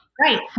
Right